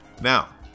now